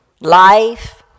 Life